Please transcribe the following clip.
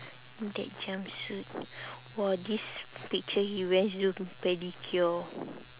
that jumpsuit !wah! this picture he to pedicure